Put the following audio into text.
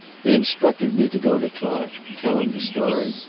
he instructed me to go to clark, tell him the story,